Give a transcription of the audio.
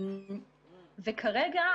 וכרגע,